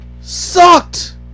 sucked